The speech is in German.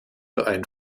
ein